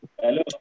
Hello